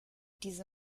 diese